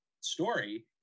story